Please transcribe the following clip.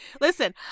Listen